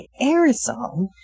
aerosol